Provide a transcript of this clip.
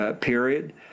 period